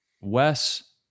Wes